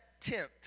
tent